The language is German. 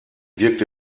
wirkt